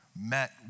met